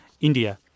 India